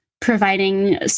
providing